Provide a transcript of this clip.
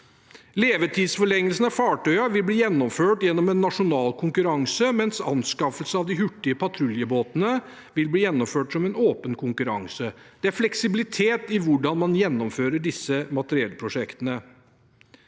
Levetidsforlengelsen av fartøyene vil bli gjennomført gjennom en nasjonal konkurranse, mens anskaffelse av de hurtige patruljebåtene vil bli gjennomført som en åpen konkurranse. Det er fleksibilitet i hvordan man gjennomfører disse materiellprosjektene.